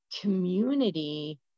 community